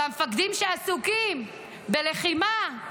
והמפקדים, שעסוקים בלחימה,